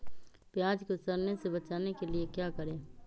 प्याज को सड़ने से बचाने के लिए क्या करें?